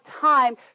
time